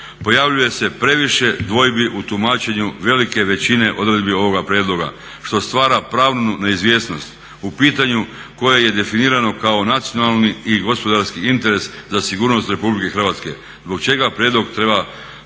pojavljuje se previše dvojbi u tumačenju velike većine odredbi ovoga prijedloga što stvara pravnu neizvjesnost u pitanju koje je definirano kao nacionalni i gospodarski interes za sigurnost RH zbog čega prijedlog treba